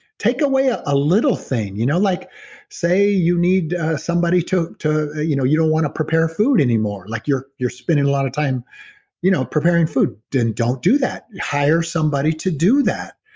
take away ah a little thing. you know like say you need somebody to. you know you don't want to prepare food anymore. like you're you're spending a lot of time you know preparing food, then don't do that. hire somebody to do that,